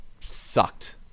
sucked